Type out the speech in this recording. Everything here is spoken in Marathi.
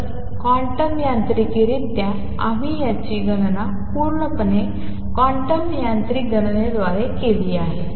तर क्वांटम यांत्रिकरित्या आम्ही याची गणना पूर्णपणे क्वांटम यांत्रिक गणनाद्वारे केली आहे